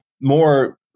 more